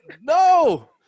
No